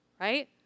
right